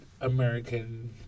American